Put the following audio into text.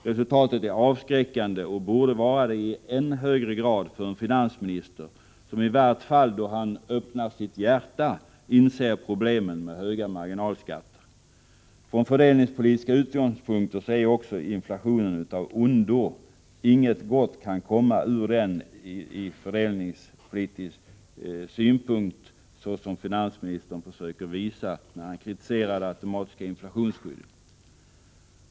Resultatet är avskräckande och borde vara det i än högre grad för finansministern som, i vart fall då han öppnar sitt hjärta, inser problemen med höga marginalskatter. Från fördelningspolitiska utgångspunkter är också inflationen av ondo. Ingenting gott kommer av inflationen, inte ens ur fördelningspolitisk synpunkt, såsom finansministern försöker visa när han kritiserar det automatiska inflationsskyddet.